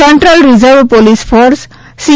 central reserve police force C